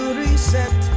reset